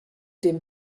dem